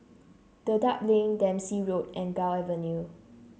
Dedap Link Dempsey Road and Gul Avenue